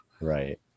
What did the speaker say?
right